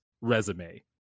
resume